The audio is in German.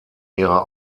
ihrer